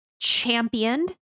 championed